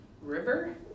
River